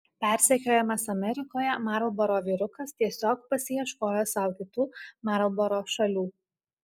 persekiojamas amerikoje marlboro vyrukas tiesiog pasiieškojo sau kitų marlboro šalių